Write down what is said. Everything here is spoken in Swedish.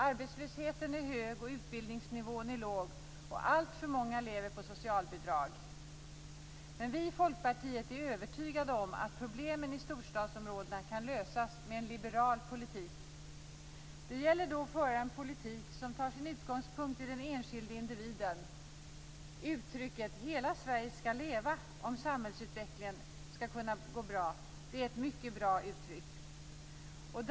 Arbetslösheten är hög, utbildningsnivån är låg och alltför många lever på socialbidrag. Vi i Folkpartiet är övertygade om att problemen i storstadsområdena kan lösas med en liberal politik. Det gäller att föra en politik som tar sin utgångspunkt i den enskilde individen. Uttrycket Hela Sverige skall leva om samhällsutvecklingen skall kunna gå bra, är ett mycket bra uttryck.